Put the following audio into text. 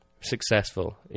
successful